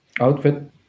outfit